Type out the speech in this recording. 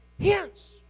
hence